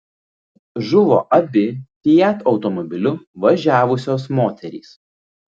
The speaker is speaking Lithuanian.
žuvo abi fiat automobiliu važiavusios moterys